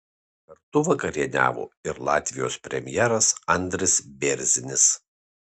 kartu vakarieniavo ir latvijos premjeras andris bėrzinis